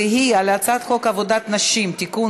והיא על הצעת חוק עבודת נשים (תיקון,